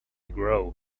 grow